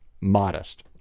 modest